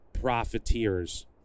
profiteers